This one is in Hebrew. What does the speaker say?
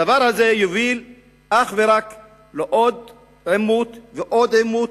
הדבר הזה יוביל אך ורק לעוד עימות ועוד עימות,